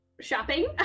shopping